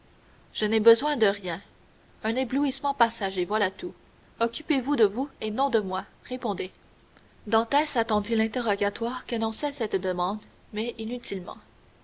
je n'ai besoin de rien un éblouissement passager voilà tout occupez-vous de vous et non de moi répondez dantès attendit l'interrogatoire qu'annonçait cette demande mais inutilement